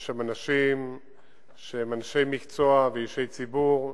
יש שם אנשים שהם אנשי מקצוע ואישי ציבור.